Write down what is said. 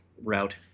route